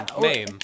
name